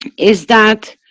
and is that,